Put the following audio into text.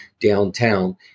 downtown